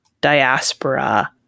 diaspora